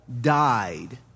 died